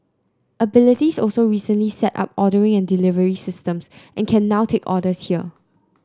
abilities also recently set up ordering and delivery systems and can now take orders here